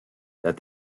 that